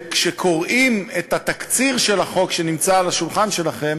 כשקוראים את התקציר של החוק שנמצא על השולחן שלכם,